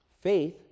faith